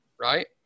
right